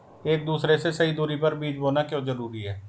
एक दूसरे से सही दूरी पर बीज बोना क्यों जरूरी है?